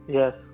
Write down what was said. yes